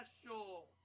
Special